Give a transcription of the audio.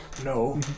No